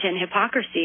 hypocrisy